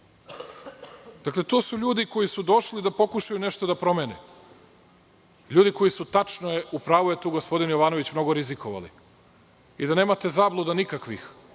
to su ljudi koji su došli da pokušaju nešto da promene. Ljudi koji su, tačno je, u pravu je tu gospodin Jovanović, mnogo rizikovali. I da nemate zabluda nikakvih,